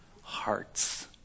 hearts